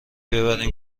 ببریم